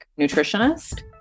nutritionist